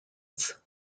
was